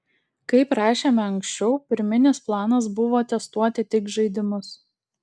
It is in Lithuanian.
kaip rašėme anksčiau pirminis planas buvo testuoti tik žaidimus